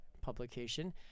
publication